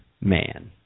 Man